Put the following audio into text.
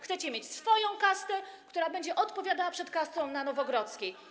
Chcecie mieć swoją kastę, która będzie odpowiadała przed kastą na Nowogrodzkiej.